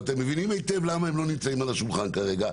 ואתם מבינים היטב למה הם לא נמצאים על השולחן כרגע.